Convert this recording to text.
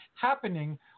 happening